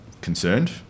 concerned